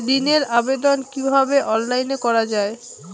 ঋনের আবেদন কিভাবে অনলাইনে করা যায়?